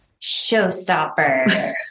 Showstopper